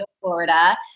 Florida